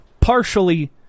partially